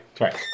right